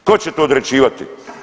Tko će to određivati?